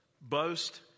boast